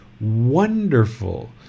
wonderful